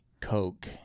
coke